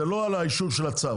זה לא על האישור של הצו,